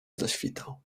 zaświtał